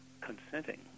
consenting